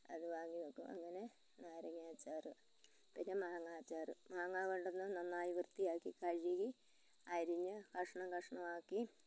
അത് വാങ്ങിവെക്കും അങ്ങനെ നാരങ്ങാ അച്ചാറ് പിന്നെ മാങ്ങാ അച്ചാറ് മാങ്ങാ കൊണ്ടുവന്ന് നന്നായി വൃത്തിയാക്കി കഴുകി അരിഞ്ഞ് കഷ്ണം കഷ്ണമാക്കി